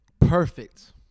perfect